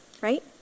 right